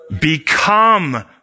become